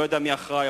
אני לא יודע מי אחראי,